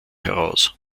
heraus